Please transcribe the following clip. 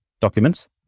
documents